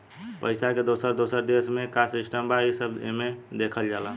पइसा के दोसर दोसर देश मे का सिस्टम बा, ई सब एमे देखल जाला